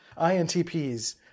INTPs